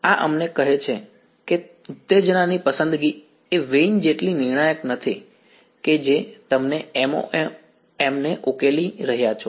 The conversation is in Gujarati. તેથી આ અમને કહે છે કે ઉત્તેજનાની પસંદગી એ વેઈન જેટલી નિર્ણાયક નથી કે જે તમે MoM ને ઉકેલી રહ્યા છો